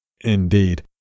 Indeed